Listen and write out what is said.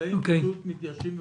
שחקלאים פשוט מתייאשים ובורחים.